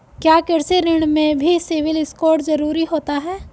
क्या कृषि ऋण में भी सिबिल स्कोर जरूरी होता है?